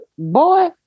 Boy